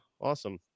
Awesome